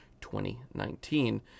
2019